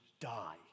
die